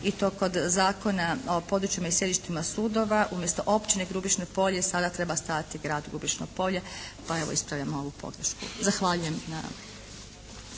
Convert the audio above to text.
i to kod Zakona o područjima i sjedištima sudovima umjesto općine Grubišno Polje, sada treba stajati grad Grubišno Polje, pa evo ispravljam ovu pogrešku. Zahvaljujem